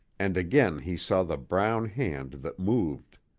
and again he saw the brown hand that moved.